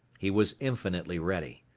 he was infinitely ready.